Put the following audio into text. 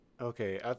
Okay